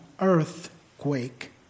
earthquake